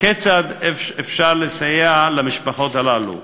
כיצד אפשר לסייע למשפחות האלה.